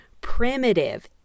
primitive